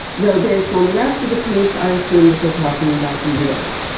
though based on the rest of the piece i assume that they are talking about the us.